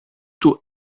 του